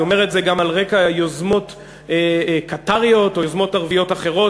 אני אומר את זה גם על רקע יוזמות קטאריות או יוזמות ערביות אחרות.